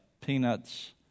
Peanuts